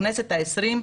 בכנסת ה-20,